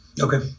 Okay